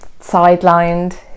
sidelined